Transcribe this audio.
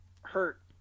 Hurt